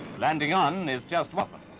landing on is just welcome.